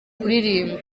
kuririmba